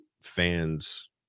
fans